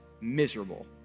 miserable